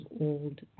old